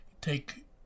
Take